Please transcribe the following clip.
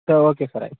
sir okay sir ಆಯಿತು